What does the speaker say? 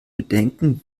bedenken